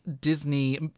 Disney